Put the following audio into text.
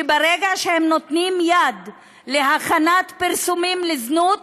שברגע שהם נותנים יד להכנת פרסומים לזנות